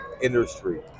industry